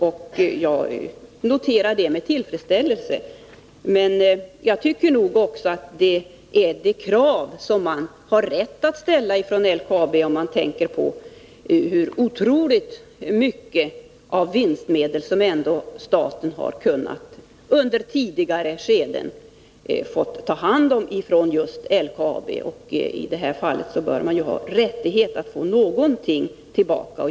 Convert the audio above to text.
Jag noterar det med tillfredsställelse, men jag tycker nog också att det är krav som LKAB har rätt att ställa om man tänker på hur otroligt stor del av vinstmedel som staten under tidigare skeden har fått ta hand om från just LKAB. I detta fall bör man ha rätt att få någonting tillbaka.